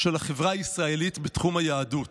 של החברה הישראלית בתחום היהדות.